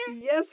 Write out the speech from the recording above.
Yes